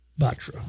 Batra